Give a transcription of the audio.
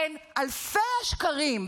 בין אלפי השקרים,